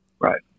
Right